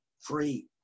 Free